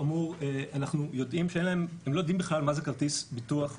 אנחנו יודעים שהם לא יודעים בכלל מה זה כרטיס ביטוח,